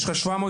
יש לך 720,